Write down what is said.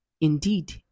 Indeed